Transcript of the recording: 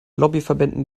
lobbyverbänden